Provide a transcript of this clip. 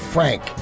Frank